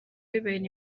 bibera